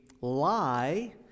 lie